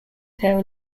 tail